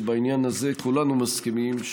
שבעניין הזה כולנו מסכימים,